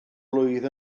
blwydd